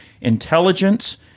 intelligence